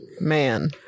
Man